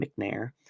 McNair